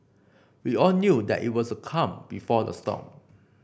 we all knew that it was the calm before the storm